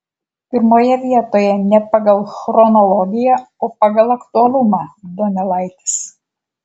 pirmoje vietoje ne pagal chronologiją o pagal aktualumą donelaitis